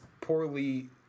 poorly